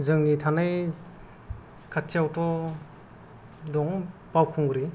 जोंनि थानाय खाथिआवथ' दङ बावखुंग्रि